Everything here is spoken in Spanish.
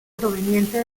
proveniente